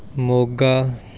Moga